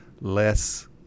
less